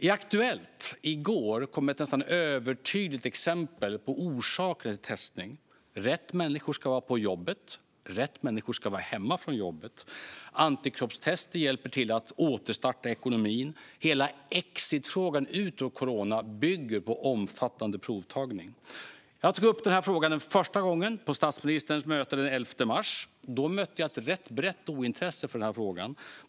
I Aktuellt i går kom ett nästan övertydligt exempel på orsaker till testning. Rätt människor ska vara på jobbet, och rätt människor ska vara hemma från jobbet. Antikroppstester hjälper till att återstarta ekonomin. Hela exitfrågan ut ur corona bygger på omfattande provtagning. Jag tog upp denna fråga första gången på statsministerns möte den 11 mars. Då mötte jag ett rätt brett ointresse för den här frågan.